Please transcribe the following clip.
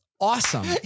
awesome